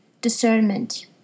discernment